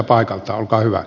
olkaa hyvä